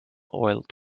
oiled